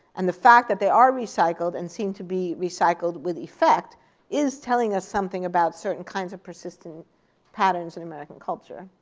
and the fact that they are recycled and seem to be recycled with effect is telling us something about certain kinds of persistent patterns and american culture.